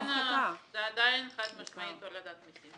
זה עדיין חד משמעית הורדת מסים.